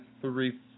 three